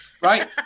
right